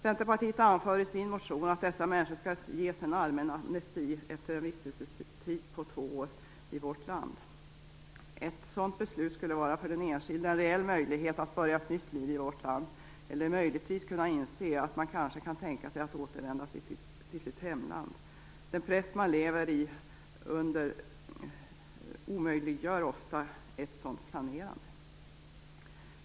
Centerpartiet anför i sin motion att dessa människor skall ges en allmän amnesti efter en vistelsetid på två år i vårt land. Ett sådant beslut skulle vara för den enskilde en reell möjlighet att börja ett nytt liv i vårt land, eller möjligtvis att kunna inse att man kanske kan tänka sig att återvända till sitt hemland. Den press man lever under omöjliggör ofta ett sådant planerande.